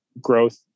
growth